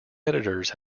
editors